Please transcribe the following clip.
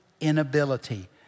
inability